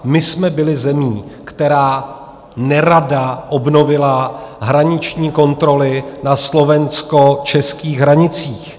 My jsme byli zemí, která nerada obnovila hraniční kontroly na slovenskočeských hranicích.